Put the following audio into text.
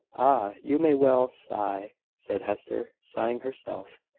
ah! you may well sigh, said hester, sighing herself,